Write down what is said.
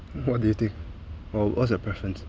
what do you think or what's your preference